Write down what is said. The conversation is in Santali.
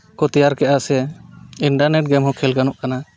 ᱠᱚ ᱛᱮᱭᱟᱨ ᱠᱮᱜᱼᱟ ᱥᱮ ᱤᱱᱴᱟᱨᱱᱮᱴ ᱜᱮᱢ ᱦᱚᱸ ᱠᱷᱮᱹᱞ ᱜᱟᱱᱚᱜ ᱠᱟᱱᱟ